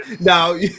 Now